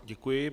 Děkuji.